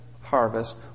harvest